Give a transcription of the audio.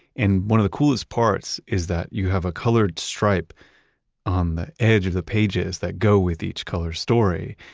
and one of the coolest parts is that you have a colored stripe on the edge of the pages that go with each color story.